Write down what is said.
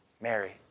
Mary